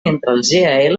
entre